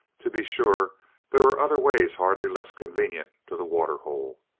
to be sure there were other ways hardly less convenient to the waterhole,